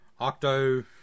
Octo